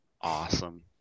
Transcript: Awesome